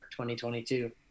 2022